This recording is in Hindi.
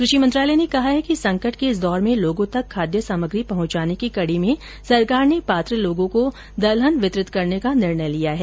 कृषि मंत्रालय ने कहा है कि संकट के इस दौर में लोगों तक खाद्य सामग्री पहुंचाने की कड़ी में सरकार ने पात्र लोगो को दलहन वितरित करने का निर्णय लिया है